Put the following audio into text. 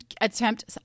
attempt